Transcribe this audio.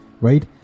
right